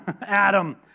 Adam